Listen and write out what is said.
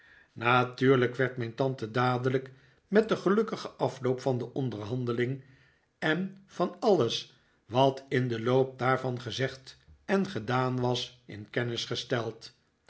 natuurlijk werd mijn tante dadelijk met den gelukkigen afloop van de onderhandeling en van alles wat in den loop daarvan gezegd en gedaan was in kennis gesteld